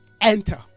enter